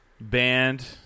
band